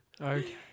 Okay